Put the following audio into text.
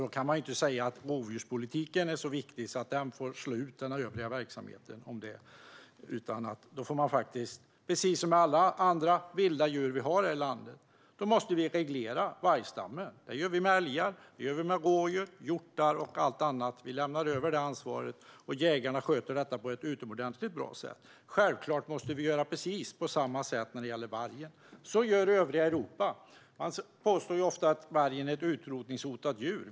Då kan man inte säga att rovdjurspolitiken är så viktig att den får slå ut den övriga verksamheten. Precis som med alla andra vilda djur vi har i landet måste vi reglera vargstammen. Det gör vi med älgar, rådjur, hjortar och andra. Vi lämnar över ansvaret till jägarna, som sköter detta på ett utomordentligt bra sätt. Självklart måste vi göra precis på samma sätt när det gäller vargen. Så gör övriga Europa. Det påstås ofta att vargen är ett utrotningshotat djur.